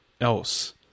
else